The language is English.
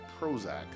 Prozac